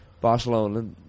Barcelona